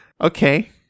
Okay